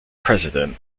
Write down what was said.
president